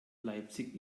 leipzig